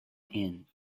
inn